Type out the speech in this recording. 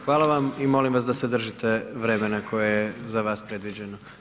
Hvala vam i molim vas da se držite vremena koje je za vas predviđeno.